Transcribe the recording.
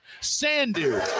Sandu